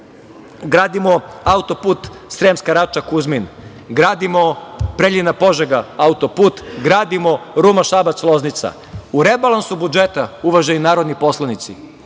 gradimo autoput Sremska Rača -Kuzmin, gradimo Preljina-Požega autoput, gradimo Ruma-Šabac-Loznica.U rebalansu budžeta, uvaženi narodni poslanici,